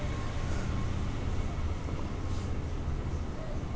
పసుపు మొక్క జొన్న పంటలను ఎలాంటి నేలలో వేస్తే ఎక్కువ దిగుమతి వస్తుంది?